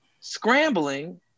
scrambling